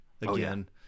again